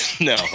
No